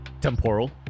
Temporal